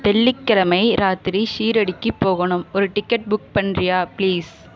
வெள்ளிக்கிழமை ராத்திரி ஷீரடிக்கு போகணும் ஒரு டிக்கட் புக் பண்ணுறியா ப்ளீஸ்